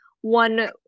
one